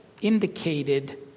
indicated